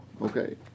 Okay